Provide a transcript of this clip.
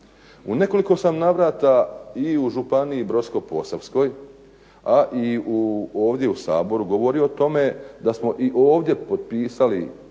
U nekoliko sam navrata i u županiji Brodsko-posavskoj a i ovdje u Saboru govorio o tome da smo i ovdje potpisali